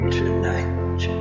tonight